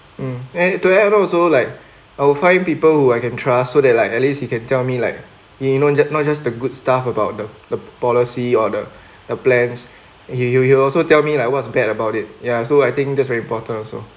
mm and to add on also like I will try people who I can trust so that like at least you can tell me like you know not just the good stuff about the the policy or the the plans he you you also tell me like what's bad about it ya so I think that's very important also